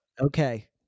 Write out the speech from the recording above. okay